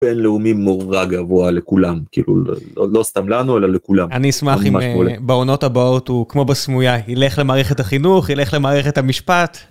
בינלאומי נורא גבוה לכולם כאילו לא סתם לנו אלא לכולם אני אשמח עם בעונות הבאות הוא כמו בסמויה יילך למערכת החינוך יילך למערכת המשפט.